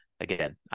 Again